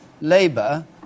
Labour